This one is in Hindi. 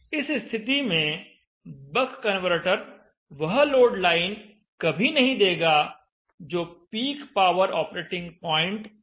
इस स्थिति में बक कन्वर्टर वह लोड लाइन कभी नहीं देगा जो पीक पावर ऑपरेटिंग पॉइंट दे सके